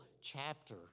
chapter